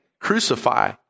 crucify